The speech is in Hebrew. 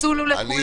הצלצול הוא לכולם.